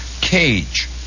cage